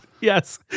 Yes